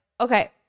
okay